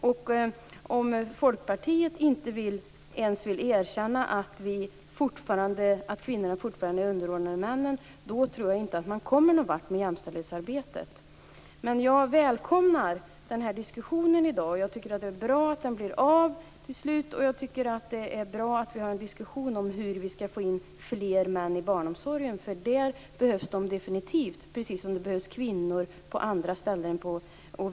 Om man i Folkpartiet inte vill erkänna att kvinnorna fortfarande är underordnade männen, kommer inte jämställdhetsarbetet att komma någon vart. Jag välkomnar diskussionen i dag. Det är bra att den blir av. Det är bra att vi har en diskussion om hur fler män skall komma in i barnomsorgen. De behövs där, precis som det behövs kvinnor på andra ställen.